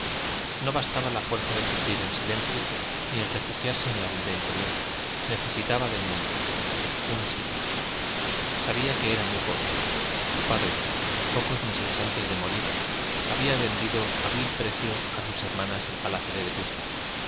no bastaba la fuerza de sufrir en silencio ni el refugiarse en la vida interior necesitaba del mundo un asilo sabía que estaba muy pobre su padre pocos meses antes de morir había vendido a vil precio a sus hermanas el palacio de vetusta